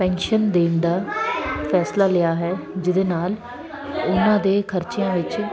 pension ਦੇਣ ਦਾ ਫੈਸਲਾ ਲਿਆ ਹੈ ਜਿਹਦੇ ਨਾਲ ਉਹਨਾਂ ਦੇ ਖਰਚਿਆਂ ਵਿੱਚ